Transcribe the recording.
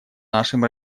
нашим